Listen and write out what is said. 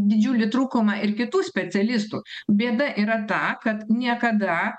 didžiulį trūkumą ir kitų specialistų bėda yra ta kad niekada